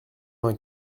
vingt